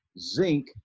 zinc